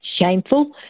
shameful